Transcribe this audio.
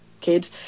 kid